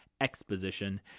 Exposition